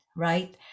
right